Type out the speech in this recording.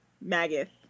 Maggot